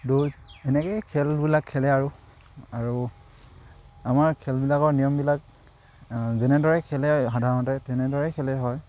দৌৰ এনেকেই খেলবিলাক খেলে আৰু আৰু আমাৰ খেলবিলাকৰ নিয়মবিলাক যেনেদৰে খেলে সাধাৰণতে তেনেদৰেই খেলে হয়